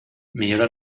millora